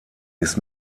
ist